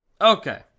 Okay